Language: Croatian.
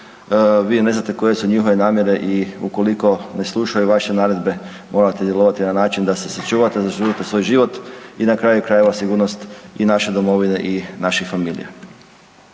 vi ne znate koje su njihove namjere i ukoliko ne slušaju vaše naredbe morate djelovati na način da se sačuvate, zaštite svoj život i na kraju krajeva sigurnost i naše domovine i naših familija.